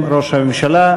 בשם ראש הממשלה.